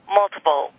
multiple